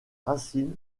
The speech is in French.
racines